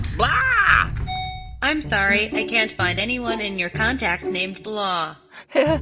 blahh i'm sorry. i can't find anyone in your contacts named blahh heh.